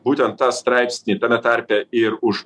būtent tą straipsnį tame tarpe ir už